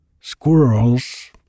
squirrels